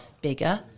bigger